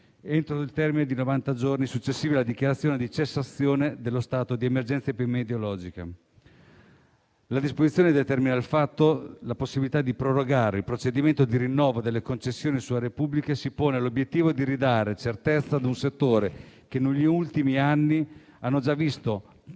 entro il termine dei novanta giorni successivi alla dichiarazione di cessazione dello stato di emergenza epidemiologica. La disposizione determina di fatto la possibilità di prorogare il procedimento di rinnovo delle concessioni su aree pubbliche e si pone l'obiettivo di ridare certezza ad un settore, che negli ultimi anni abbiamo già visto